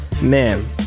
Man